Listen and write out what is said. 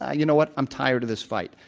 ah you know what? i'm tired of this fight.